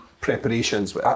preparations